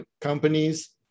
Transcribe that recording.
companies